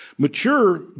Mature